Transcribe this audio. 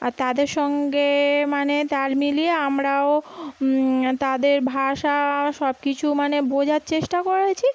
আর তাদের সঙ্গে মানে তাল মিলিয়ে আমরাও তাদের ভাষা সব কিছু মানে বোঝার চেষ্টা করেছি